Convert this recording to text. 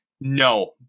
No